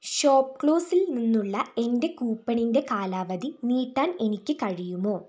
ഷോപ്പ്ക്ലൂസിൽ നിന്നുള്ള എൻ്റെ കൂപ്പണിൻ്റെ കാലാവധി നീട്ടാൻ എനിക്ക് കഴിയുമോ